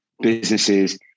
businesses